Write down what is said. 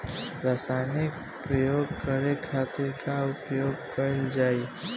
रसायनिक प्रयोग करे खातिर का उपयोग कईल जाइ?